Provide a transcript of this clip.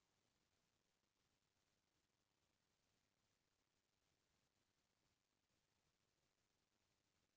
कइझन मनखे मन करोड़ो रूपिया के लोन ल अइसने फरजी कागज जमा करके ले लेथे